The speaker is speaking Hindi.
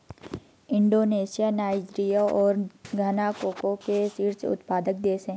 इंडोनेशिया नाइजीरिया और घना कोको के शीर्ष उत्पादक देश हैं